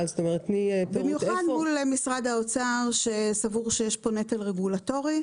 במיוחד מול משרד האוצר שסבור שיש פה נטל רגולטורי.